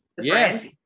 yes